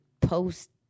post